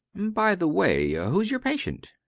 by the way, who's your patient?